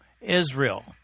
Israel